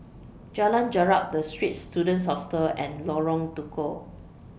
Jalan Jarak The Straits Students Hostel and Lorong Tukol